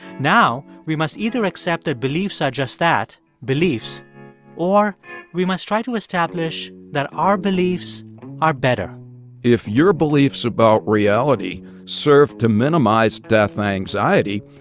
now we must either accept that beliefs are just that beliefs or we must try to establish that our beliefs are better if your beliefs about reality serve to minimize death anxiety,